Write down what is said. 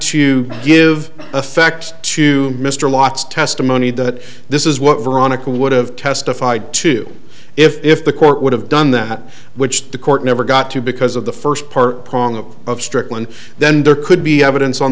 to give effect to mr lats testimony that this is what veronica would have testified to if the court would have done that which the court never got to because of the first part prong of of strickland then there could be evidence on